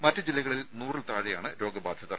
മറ്റു ജില്ലകളിൽ നൂറിൽ താഴെയാണ് രോഗബാധിതർ